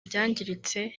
byangiritse